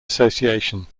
association